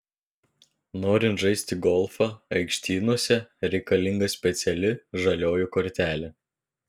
norint žaisti golfą aikštynuose reikalinga speciali žalioji kortelė